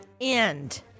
end